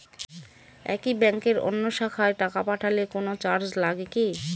একই ব্যাংকের অন্য শাখায় টাকা পাঠালে কোন চার্জ লাগে কি?